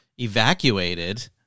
evacuated